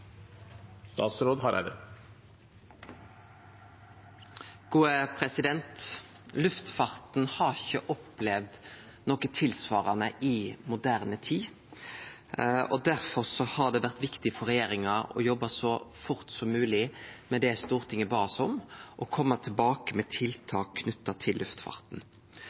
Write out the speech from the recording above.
Replikkordskiftet er omme. Luftfarten har ikkje opplevd noko tilsvarande i moderne tid, og derfor har det vore viktig for regjeringa å jobbe så fort som mogleg med det Stortinget bad oss om, og kome tilbake med tiltak knytte til luftfarten.